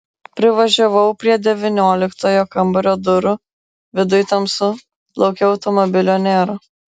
privažiavau prie devynioliktojo kambario durų viduj tamsu lauke automobilio nėra